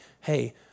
hey